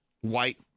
white